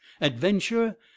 adventure